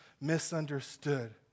misunderstood